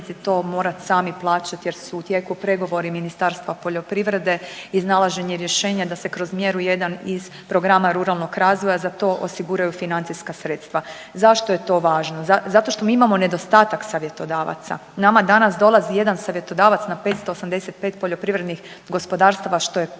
to morati sami plaćat jer su u tijeku pregovori Ministarstva poljoprivrede, iznalaženje rješenja da se kroz mjeru 1 iz programa ruralnog razvoja za to osiguraju financijska sredstva. Zašto je to važno? Zato što mi imamo nedostatak savjetodavaca. Nama danas dolazi jedan savjetodavac na 585 poljoprivrednih gospodarstva što je premalo.